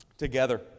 Together